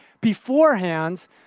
beforehand